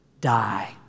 die